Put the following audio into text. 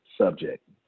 subject